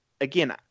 again